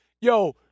Yo